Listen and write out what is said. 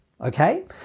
Okay